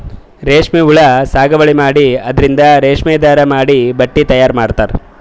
ರೇಶ್ಮಿ ಹುಳಾ ಸಾಗುವಳಿ ಮಾಡಿ ಅದರಿಂದ್ ರೇಶ್ಮಿ ದಾರಾ ಮಾಡಿ ಬಟ್ಟಿ ತಯಾರ್ ಮಾಡ್ತರ್